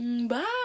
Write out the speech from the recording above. bye